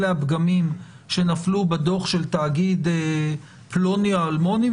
אלה הפגמים שנפלו בדוח של תאגיד פלוני או אלמוני,